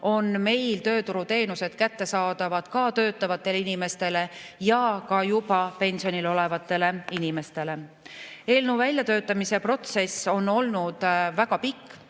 on meil tööturuteenused kättesaadavad nii töötavatele inimestele kui ka juba pensionil olevatele inimestele. Eelnõu väljatöötamise protsess on olnud väga pikk.